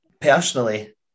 personally